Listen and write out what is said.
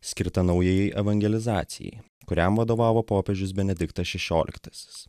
skirtą naujajai evangelizacijai kuriam vadovavo popiežius benediktas šešioliktasis